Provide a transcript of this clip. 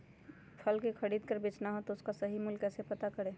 फल का खरीद का बेचना हो तो उसका सही मूल्य कैसे पता करें जिससे हमारा ज्याद मुनाफा हो?